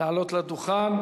לעלות לדוכן,